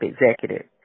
executive